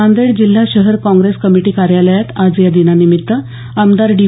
नांदेड जिल्हा शहर काँग्रेस कमिटी कार्यालयात आज या दिनानिमित्त आमदार डी